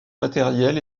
matériel